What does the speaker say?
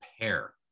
pair